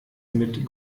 mit